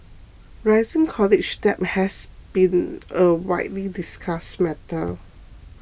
rising college debt has been a widely discussed matter